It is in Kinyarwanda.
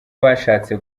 bashatse